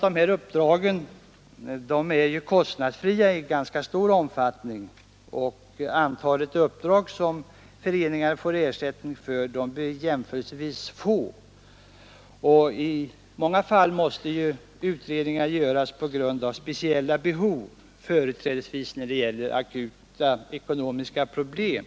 Dessa tjänster är ju kostnadsfria i ganska stor omfattning. De uppdrag som föreningarna får ersättning för är jämförelsevis få. I många fall måste utredningar göras på grund av speciella behov, företrädesvis när det gäller akuta ekonomiska problem.